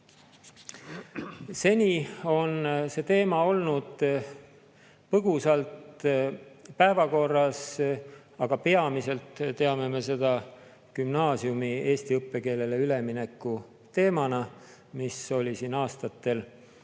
Seni on see teema olnud põgusalt päevakorral, aga peamiselt teame me seda gümnaasiumi eesti õppekeelele ülemineku teemana, mis oli aastatel